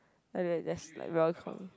like that just like welcome